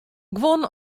guon